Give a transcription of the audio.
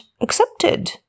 accepted